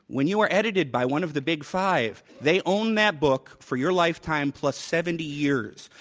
when you are edited by one of the big five, they own that book for your lifetime plus seventy years.